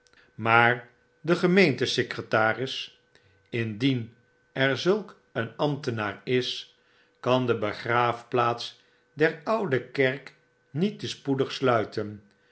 maar de gemeente secretaris indien er zulk een ambtenaar is kandebegraafplaats der oude kerk niet te spoedig sluiten